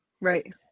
Right